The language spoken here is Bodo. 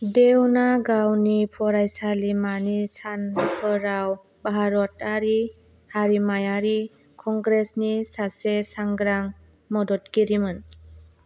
देवना गावनि फरायसालिमानि सानफोराव भारतारि हारिमायारि कंग्रेसनि सासे सांग्रां मददगिरिमोन